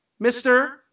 Mr. –